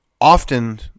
often